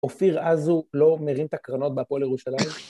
אופיר אז הוא לא מרים את הקרנות בהפועל ירושלים?